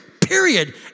Period